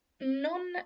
Non